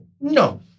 no